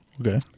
Okay